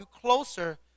closer